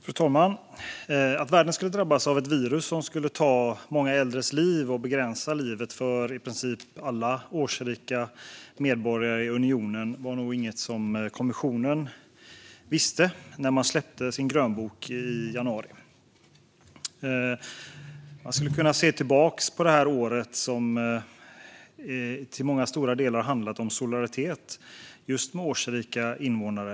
Fru talman! Att världen skulle drabbas av ett virus som skulle ta många äldres liv och begränsa livet för i princip alla årsrika medborgare i unionen var nog inget som kommissionen visste när man släppte sin grönbok i januari. Man skulle kunna se tillbaka på det här året som ett år som till stora delar har handlat om solidaritet med just årsrika invånare.